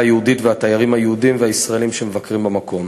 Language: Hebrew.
היהודית והתיירים היהודים והישראלים שמבקרים במקום: